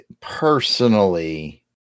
personally